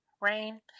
rain